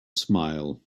smile